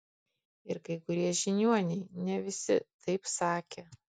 ir kai kurie žiniuoniai ne visi taip sakė